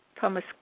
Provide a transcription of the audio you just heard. Thomas